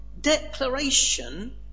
declaration